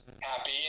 happy